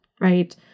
right